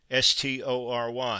STORY